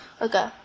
Okay